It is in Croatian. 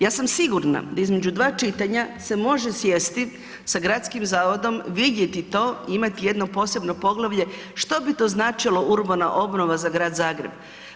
Ja sam sigurna da između dva čitanja se može sjesti sa Gradskim zavodom, vidjeti to i imati jedno posebno poglavlje što bi to značilo urbana obnova za Grad Zagreb.